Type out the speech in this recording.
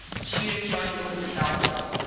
shears joined wilson down below.